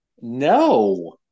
No